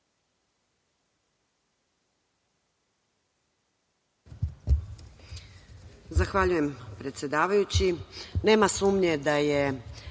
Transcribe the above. Hvala vam